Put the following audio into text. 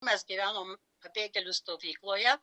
mes gyvenom pabėgėlių stovykloje